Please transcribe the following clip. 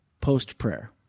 post-prayer